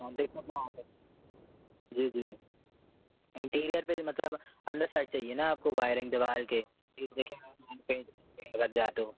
हाँ देखा था वहाँ पर जी जी एंटीरियर पर ही मतलब अन्य साइड चाहिए न आपको वायरिंग दीवार के एक जगह पेंट जाए तो